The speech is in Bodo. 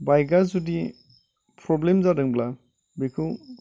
बाइकआ जुदि प्रब्लेम जादोंब्ला बेखौ